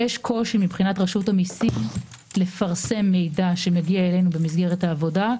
יש קושי מבחינת רשות המיסים לפרסם מידע שמגיע אלינו במסגרת העבודה.